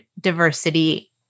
diversity